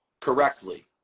correctly